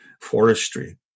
forestry